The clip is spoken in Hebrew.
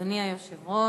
אדוני היושב-ראש,